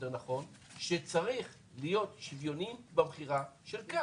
שצריך להיות שוויוניים במכירה של כאל.